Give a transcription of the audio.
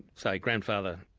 say, grandfather,